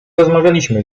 rozmawialiśmy